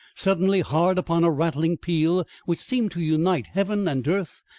suddenly hard upon a rattling peal which seemed to unite heaven and earth,